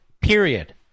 Period